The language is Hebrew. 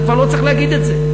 אני כבר לא צריך להגיד את זה.